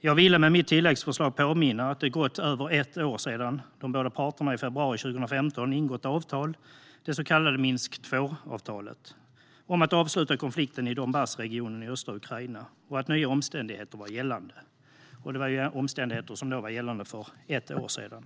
Jag ville med mitt tilläggsförslag påminna om att det hade gått över ett år sedan de båda parterna i februari 2015 hade ingått avtal, det så kallade Minsk II-avtalet, om att avsluta konflikten i Donbassregionen i östra Ukraina och att nya omständigheter var gällande. Det var omständigheter som då var gällande sedan ett år tillbaka.